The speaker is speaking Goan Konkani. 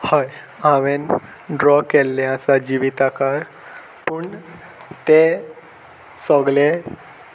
हय हांवें ड्रॉ केल्ले आसा जिवितकार पूण ते सगलें